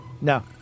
No